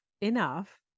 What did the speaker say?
enough